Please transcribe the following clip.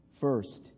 first